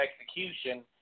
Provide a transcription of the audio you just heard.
execution